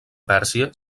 pèrsia